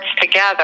together